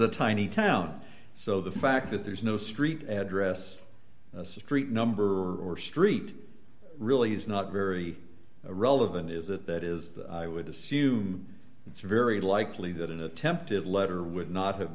a tiny town so the fact that there's no street address street number or street really is not very relevant is that it is i would assume it's very likely that attempted letter would not have